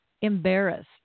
embarrassed